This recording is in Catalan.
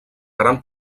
gran